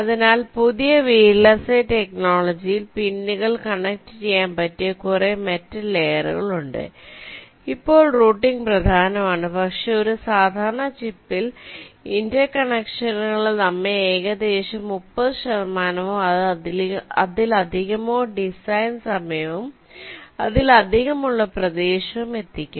അതിനാൽ പുതിയ V L S I ടെക്നോളജിയിൽ പിന്നുകൾ കണക്ട് ചെയ്യാൻ പറ്റിയ കുറെ മെറ്റൽ ലയേറുകൾ ഉണ്ട് ഇപ്പോൾറൂട്ടിംഗ് പ്രധാനമാണ് പക്ഷെ ഒരു സാധാരണ ചിപ്പിലെ ഇന്റർ കണക്ഷനുകൾ നമ്മെ ഏകദേശം 30 ശതമാനമോ അതിലധികമോ ഡിസൈൻ സമയവും അതിലധികമുള്ള പ്രദേശവും എത്തിക്കും